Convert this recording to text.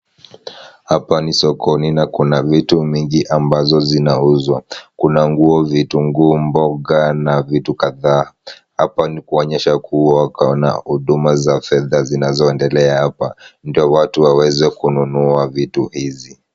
Hapa ni sokoni na kuna vitu mingi ambazo zinauzwa. Kuna nguo, vitunguu, mboga na vitu kadhaa. Hapa ni kuonyesha kuwa kuna huduma za fedha zinazoendelea hapa ndio watu waweze kununua vitu hizi.